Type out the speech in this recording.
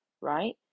right